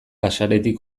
axaletik